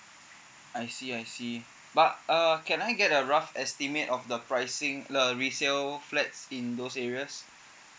I see I see but err can I get a rough estimate of the pricing uh resale flat in those areas